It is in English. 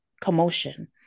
commotion